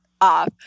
off